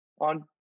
on